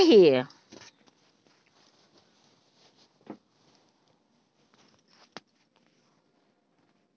बेटा के पढाबै खातिर लोन लेबै के की सब योग्यता चाही?